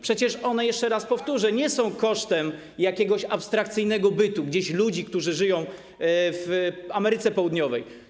Przecież one, jeszcze raz powtórzę, nie są kosztem jakiegoś abstrakcyjnego bytu, ludzi, którzy żyją gdzieś w Ameryce Południowej.